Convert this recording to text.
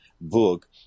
book